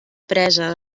presa